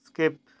skip